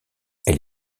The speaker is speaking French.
elle